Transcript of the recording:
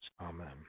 Amen